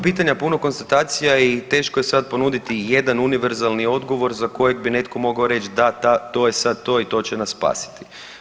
Puno pitanja, puno konstatacija i teško je sad ponuditi jedan univerzalni odgovor za kojeg bi netko mogao reći da to je sad to i to će nas spasiti.